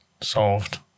Solved